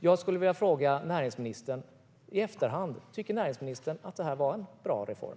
Jag skulle vilja fråga näringsministern: Tycker näringsministern i efterhand att det var en bra reform?